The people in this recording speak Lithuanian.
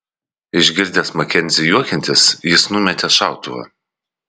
išgirdęs makenzį juokiantis jis numetė šautuvą